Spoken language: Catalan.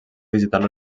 digital